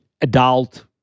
adult